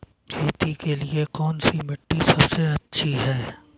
खेती के लिए कौन सी मिट्टी सबसे अच्छी है?